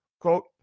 Quote